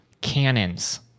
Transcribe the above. cannons